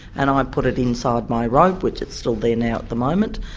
and um i put it inside my robe which it's still there now at the moment,